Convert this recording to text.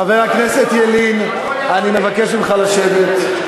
חבר הכנסת ילין, אני מבקש ממך לשבת.